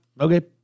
Okay